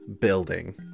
building